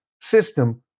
system